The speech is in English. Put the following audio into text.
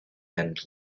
end